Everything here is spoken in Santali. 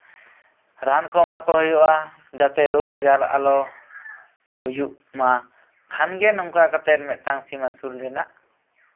ᱨᱟᱱ ᱠᱚ ᱮᱢᱟ ᱠᱚ ᱦᱩᱭᱩᱜᱼᱟ ᱡᱟᱛᱮ ᱨᱳᱜᱽ ᱟᱡᱟᱨ ᱟᱞᱚ ᱦᱩᱭᱩᱜ ᱢᱟ ᱠᱷᱟᱱ ᱜᱮ ᱱᱚᱝᱠᱟ ᱠᱟᱛᱮᱫ ᱢᱤᱫᱴᱟᱱ ᱥᱤᱢ ᱟᱥᱩᱞ ᱨᱮᱱᱟᱜ